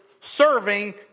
serving